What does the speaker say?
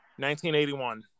1981